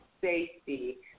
safety